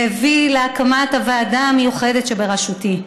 והביא להקמת הוועדה המיוחדת שבראשותי.